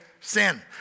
sin